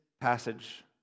passage